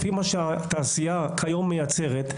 לפי מה שהתעשייה כיום מייצרת.